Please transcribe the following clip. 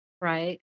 Right